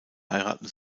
heiraten